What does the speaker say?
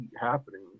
happening